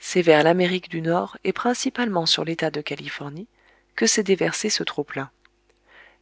c'est vers l'amérique du nord et principalement sur l'état de californie que s'est déversé ce trop-plein